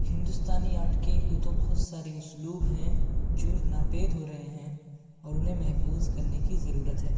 ہندوستانی آرٹ کے یوں تو بہت سارے اسلوب ہیں جو ناپید ہو رہے ہیں اور انہیں محفوظ کرنے کی ضرورت ہے